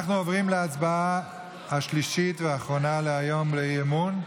אנחנו עוברים להצבעה השלישית והאחרונה להיום באי-אמון,